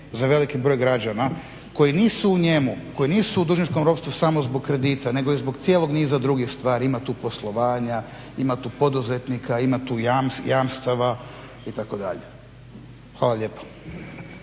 za veliki broj građana koji nisu u njemu, koji nisu u dužničkom ropstvu samo zbog kredita nego i zbog cijelog niza drugih stvari ima tu poslovanja, ima tu poduzetnika, ima tu jamstava itd. Hvala lijepa.